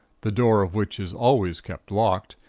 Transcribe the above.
the door of which was always kept locked,